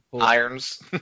Irons